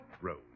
rose